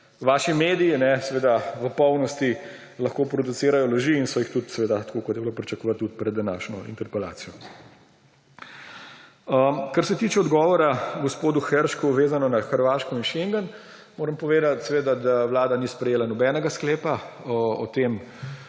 vaši mediji seveda v polnosti lahko producirajo laži. In so jih tudi seveda tako, kot je bilo pričakovati, tudi pred današnjo interpelacijo. Kar se tiče odgovora gospodu Hršaku, vezano na Hrvaško in schengen moram povedati, da Vlada ni sprejela nobenega sklepa o tem,